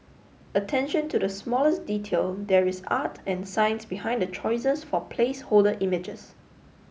attention to the smallest detail there is art and science behind the choices for placeholder images